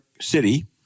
City